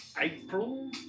April